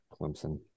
Clemson